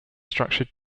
structured